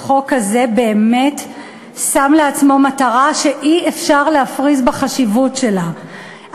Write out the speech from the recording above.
החוק הזה באמת שם לעצמו מטרה שאי-אפשר להפריז בחשיבות שלה,